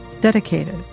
dedicated